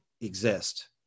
exist